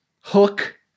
hook